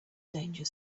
danger